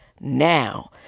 now